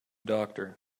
doctor